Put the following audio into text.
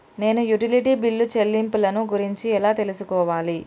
నేను utility bill చెల్లింపులను గురించి ఎలా తెలుసుకోవాలి?